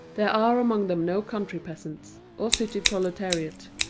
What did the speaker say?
there are among them no country peasants, or city proletariat,